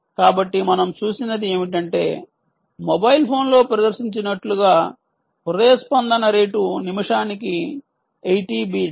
కాబట్టి మనం చూసినది ఏమిటంటే మొబైల్ ఫోన్లో ప్రదర్శించినట్లుగా హృదయ స్పందన రేటు నిమిషానికి 80 బీట్స్